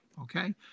okay